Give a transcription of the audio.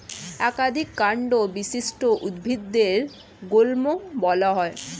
একাধিক কান্ড বিশিষ্ট উদ্ভিদদের গুল্ম বলা হয়